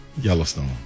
Yellowstone